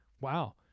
wow